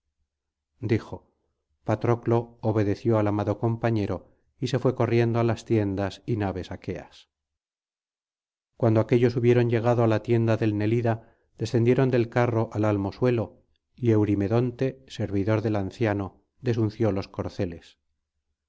dijo patroclo obedeció al amado compañero y se fué corriendo á las tiendas y naves aqueas cuando aquéllos hubieron llegado á la tienda del nelida descendieron del carro al almo suelo y eurimedonte servidor del anciano desunció los corceles